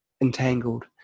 entangled